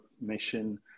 mission